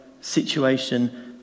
situation